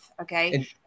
Okay